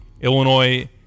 Illinois